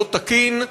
לא תקין,